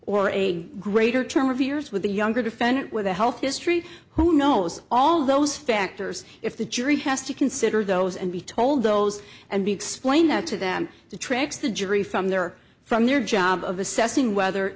or a greater term of years with the younger defendant with a health history who knows all those factors if the jury has to consider those and be told those and b explain that to them tracks the jury from their from their job of assessing whether